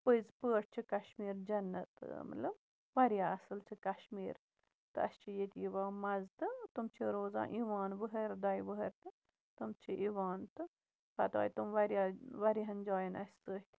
پٔزۍ پٲٹھۍ چھُ کَشمیٖرجَنت مطلب واریاہ اَصٕل چھُ کَشمیٖر تہٕ اَسہِ چھِ ییٚتہِ یِوان مَزٕ تہٕ تِم چھِ روزان یِوان وٕہٕرۍ دۄیہِ وٕہٕرۍ تِم چھِ یِوان تہٕ پَتہٕ آے تِم آے واریاہ واریاہَن جایَن اَسہِ سۭتۍ